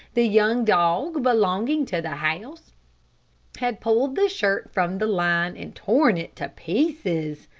the young dog belonging to the house had pulled the shirt from the line and torn it to pieces.